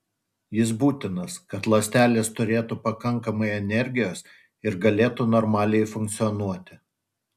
jis būtinas kad ląstelės turėtų pakankamai energijos ir galėtų normaliai funkcionuoti